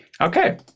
Okay